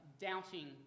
doubting